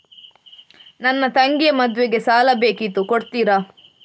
ನನ್ನ ತಂಗಿಯ ಮದ್ವೆಗೆ ಸಾಲ ಬೇಕಿತ್ತು ಕೊಡ್ತೀರಾ?